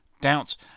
doubts